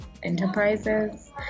Enterprises